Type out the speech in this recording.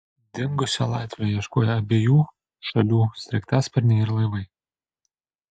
dingusio latvio ieškojo abiejų šalių sraigtasparniai ir laivai